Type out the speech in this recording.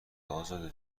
ازاده